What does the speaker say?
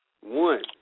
One